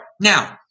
now